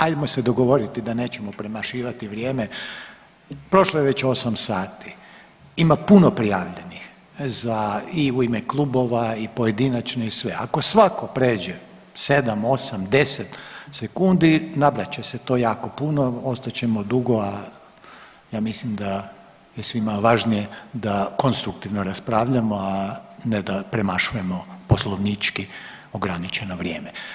Ajmo se dogovoriti da nećemo premašivati vrijeme, prošlo je već 8 sati, ima puno prijavljenih za i u ime klubova i pojedinačno i sve, ako svako pređe 7-8, 10 sekundi nabrat će se to jako puno, ostat ćemo dugo, a ja mislim da je svima važnije da konstruktivno raspravljamo, a ne da premašujemo poslovnički ograničeno vrijeme.